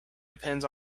depends